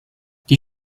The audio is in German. die